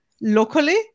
locally